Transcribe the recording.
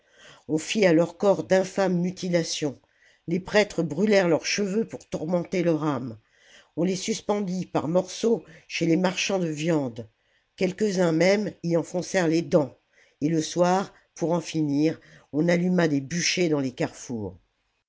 on fit à leurs corps d'infâmes mutilations les prêtres brûlèrent leurs cheveux pour tourmenter leur âme on les suspendit par morceaux chez les marchands de viandes quelques-uns même y enfoncèrent les dents et le soir pour en finir on alluma des bûchers dans les carrefours